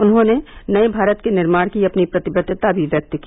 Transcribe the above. उन्होंने नये भारत के निर्माण की अपनी प्रतिबद्धता भी व्यक्त की